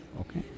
okay